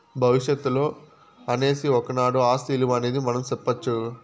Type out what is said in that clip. భవిష్యత్తులో అనేసి ఒకనాడు ఆస్తి ఇలువ అనేది మనం సెప్పొచ్చు